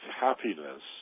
happiness